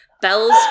bells